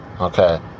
Okay